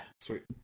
Sweet